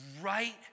right